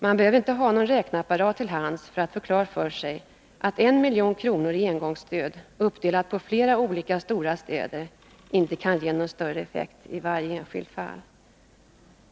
Man behöver inte ha någon räkneapparat till hands för att få klart för sig att 1 milj.kr. i engångsstöd, uppdelat på flera olika stora städer, inte kan ge någon större effekt i varje enskilt fall.